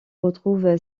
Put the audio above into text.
retrouve